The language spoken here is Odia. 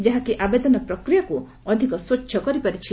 ଯାହାକି ଆବେଦନ ପ୍ରକ୍ରିୟାକୁ ଅଧିକ ସ୍ୱଚ୍ଛ କରିପାରିଛି